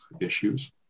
issues